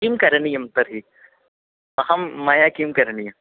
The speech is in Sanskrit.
किं करणीयं तर्हि अहं मया किं करणीयं